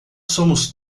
somos